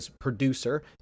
producer